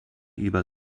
über